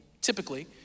typically